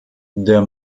der